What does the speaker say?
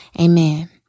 Amen